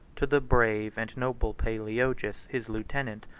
to the brave and noble palaeologus, his lieutenant,